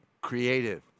creative